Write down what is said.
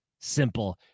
simple